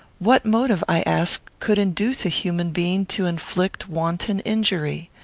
what motive, i asked, could induce a human being to inflict wanton injury?